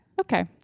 okay